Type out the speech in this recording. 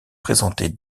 présenter